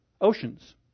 oceans